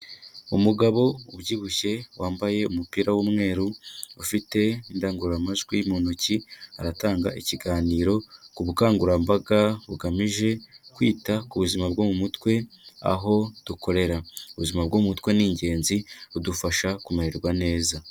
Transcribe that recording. Umugabo ubyibushye wambaye umupira w'umweru, ufite indangururamajwi mu ntoki aratanga ikiganiro ku bukangurambaga bugamije kwita ku buzima bwo mu mutwe aho dukorera, ubuzima bwo mu mutwe ni ingenzi budufasha kumererwa neza.